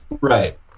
Right